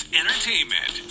entertainment